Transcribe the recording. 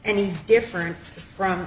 any different from